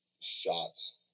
Shots